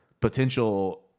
potential